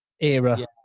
era